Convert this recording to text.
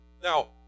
Now